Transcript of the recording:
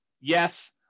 Yes